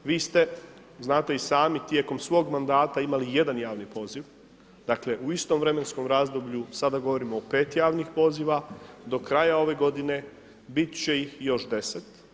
Vi ste, znate i sami tijekom svog mandata imali jedan javni poziv, dakle u istom vremenskom razdoblju sada govorimo o 5 javnih poziva, do kraja ove godine bit će ih još 10.